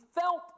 felt